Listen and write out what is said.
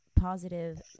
positive